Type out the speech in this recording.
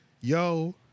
Yo